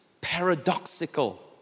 paradoxical